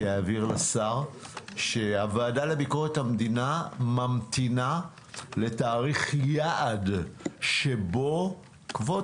שיעביר לשר שהוועדה לביקורת המדינה ממתינה לתאריך יעד שבו כבוד